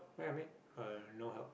what that mean uh no help